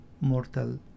mortal